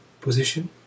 position